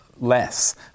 less